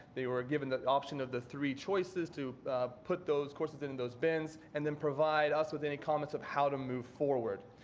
they were given the option of the three choices to put those courses in those bins and then provide us with any comments of how to move forward.